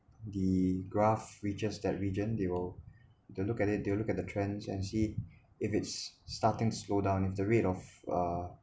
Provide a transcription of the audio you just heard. the graph reaches that region they will they look at it they will look at the trends and see if it's starting slow to down at the rate of uh